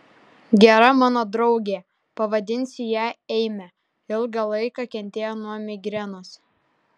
gera mano draugė pavadinsiu ją eime ilgą laiką kentėjo nuo migrenos